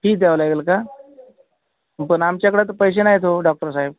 fees द्यावं लागेल का पण आमच्याकडे तर पैसे नाहीत ओ डॉक्टर साहेब